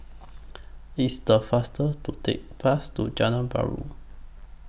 It's The faster to Take Bus to Jalan Perahu